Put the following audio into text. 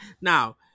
Now